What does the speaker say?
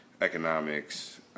economics